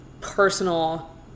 personal